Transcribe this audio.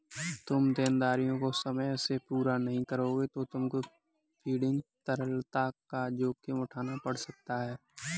तुम देनदारियों को समय से पूरा नहीं करोगे तो तुमको फंडिंग तरलता का जोखिम उठाना पड़ सकता है